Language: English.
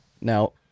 Now